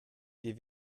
dir